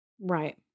Right